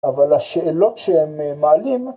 ‫אבל השאלות שהם מעלים...